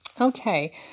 Okay